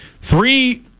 Three –